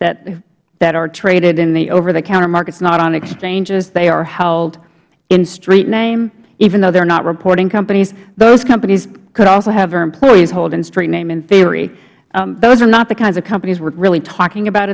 companies that are traded in the overthecounter markets not on exchanges they are held in street name even though they're not reporting companies those companies could also have their employees hold in street name in theory those are not the kinds of companies we're really talking about